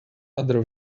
other